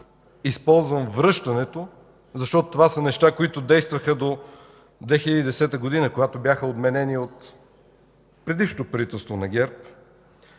използвам „връщането”, защото това са неща, които действаха до 2010 г., когато бяха отменени от предишното правителство на ГЕРБ,